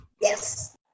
Yes